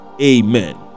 Amen